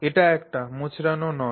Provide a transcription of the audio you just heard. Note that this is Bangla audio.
এটি একটি মোচড়ানো নল